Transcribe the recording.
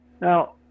Now